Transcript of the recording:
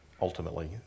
Ultimately